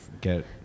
get